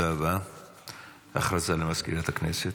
הודעה למזכירת הכנסת.